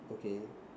okay